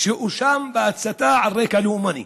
שהואשם בהצתה על רקע לאומני.